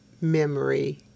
memory